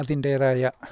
അതിന്റെതായ